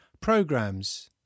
programs